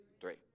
three